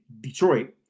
Detroit